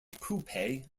coupe